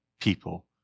people